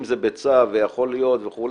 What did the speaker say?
אם זה בצו ויכול להיות וכו',